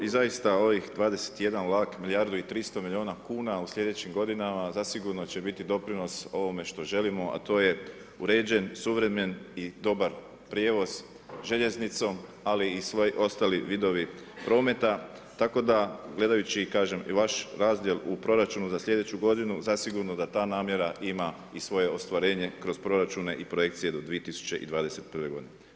I zaista ovih 21 vlak, milijardu i 300 milijuna kuna u sljedećim godinama, zasigurno će biti doprinos ovome što želimo, a to je uređen, suvremen i dobar prijevoz željeznicom, ali i svi ostali vidovi prometa, tako da gledajući i kažem, i vaš razdjel u proračunu za sljedeću godinu, zasigurno da ta namjera ima i svoje ostvarenje kroz proračune i projekcije do 2021. godine.